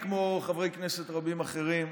כמו חברי כנסת רבים אחרים,